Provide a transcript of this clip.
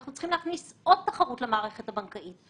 אנחנו צריכים להכניס עוד תחרות למערכת הבנקאית.